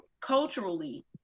culturally